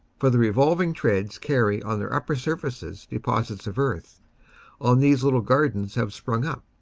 for the revolving treads carry on their upper surfaces deposits of earth on these little gar dens have sprung up,